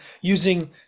using